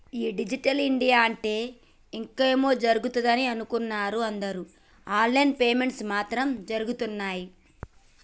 ఈ digital India అంటే ఇంకేమో జరుగుతదని అనుకున్నరు అందరు ఆన్ లైన్ పేమెంట్స్ మాత్రం జరగుతున్నయ్యి